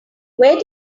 where